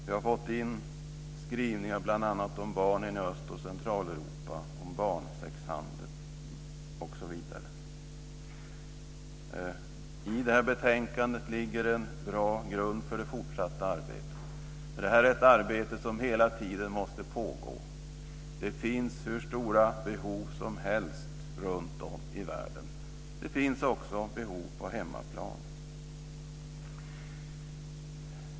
Vi har fått in skrivningar bl.a. om barn i Östoch Centraleuropa, om barnsexhandel. I det här betänkandet ligger en bra grund för det fortsatta arbetet. Det här är ett arbete som hela tiden måste pågå. Det finns hur stora behov som helst runtom i världen. Det finns också behov på hemmaplan.